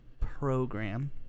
program